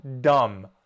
dumb